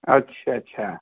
अच्छ अच्छा